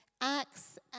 Acts